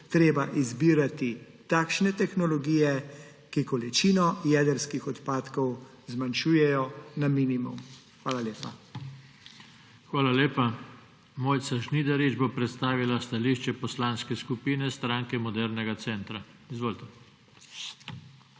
treba izbirati takšne tehnologije, ki količino jedrskih odpadkov zmanjšujejo na minimum. Hvala lepa. **PODPREDSEDNIK JOŽE TANKO:** Hvala lepa. Mojca Žnidarič bo predstavila stališče Poslanske skupine Stranke modernega centra. Izvolite.